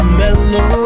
mellow